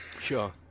Sure